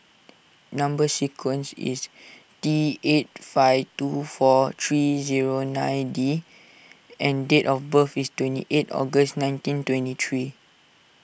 Number Sequence is T eight five two four three zero nine D and date of birth is twenty eight August nineteen twenty three